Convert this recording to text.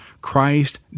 Christ